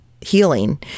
healing